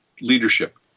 leadership